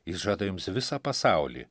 jis žada jums visą pasaulį